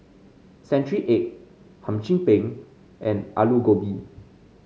Century Egg Hum Chim Peng and Aloo Gobi